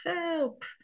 help